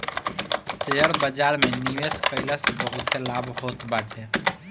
share बाजार में निवेश कईला से बहुते लाभ होत बाटे